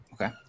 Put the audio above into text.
Okay